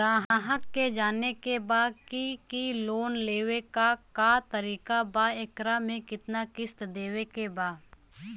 ग्राहक के जाने के बा की की लोन लेवे क का तरीका बा एकरा में कितना किस्त देवे के बा?